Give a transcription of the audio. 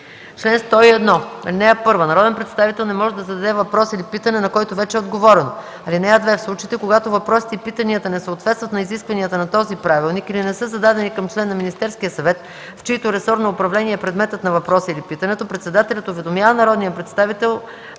„Чл. 101. (1) Народен представител не може да зададе въпрос или питане, на който вече е отговорено. (2) В случаите, когато въпросите и питанията не съответстват на изискванията на този правилник или не са зададени към член на Министерския съвет, в чийто ресор на управление е предметът на въпроса или питането, председателят уведомява народния представител